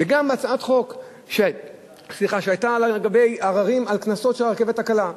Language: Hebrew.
גם בהצעת חוק שהיתה לגבי עררים על קנסות של הרכבת הקלה.